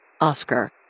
Oscar